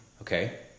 okay